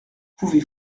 pouvez